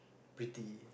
pretty